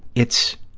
it's,